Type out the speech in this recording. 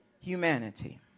humanity